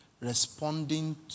responding